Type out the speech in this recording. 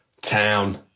Town